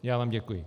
Já vám děkuji.